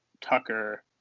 Tucker